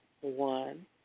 one